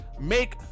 Make